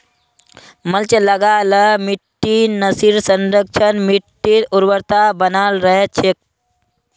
mulch लगा ल मिट्टीर नमीर संरक्षण, मिट्टीर उर्वरता बनाल रह छेक